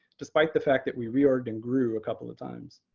despite the fact that we re-orged and grew a couple of times.